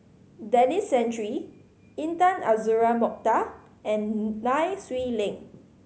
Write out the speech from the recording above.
Denis Santry Intan Azura Mokhtar and Nai Swee Leng